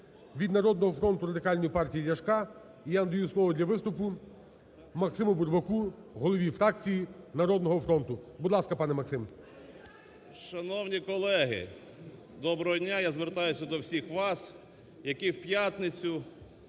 від "Народного фронту", Радикальної партії Ляшка. І я надаю слово для виступу Максиму Бурбаку, голові фракції "Народного фронту". Будь ласка, пане Максим. 17:22:48 БУРБАК М.Ю. Шановні колеги, доброго дня, я звертаюся до всіх вас, які в п'ятницю